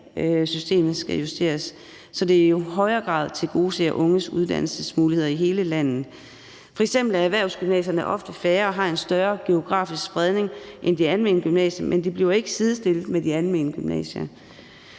taxametersystemet skal justeres, så det i højere grad tilgodeser unges uddannelsesmuligheder i hele landet. F.eks. er erhvervsgymnasierne ofte færre og med en større geografisk spredning end de almene gymnasier, men de bliver ikke sidestillet med de almene gymnasier